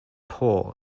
poor